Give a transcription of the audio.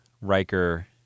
Riker